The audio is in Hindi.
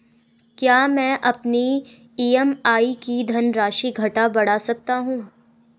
क्या मैं अपनी ई.एम.आई की धनराशि घटा बढ़ा सकता हूँ?